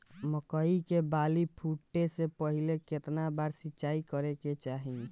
मकई के बाली फूटे से पहिले केतना बार सिंचाई करे के चाही?